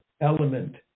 element